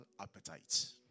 appetites